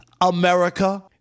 America